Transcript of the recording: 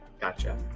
gotcha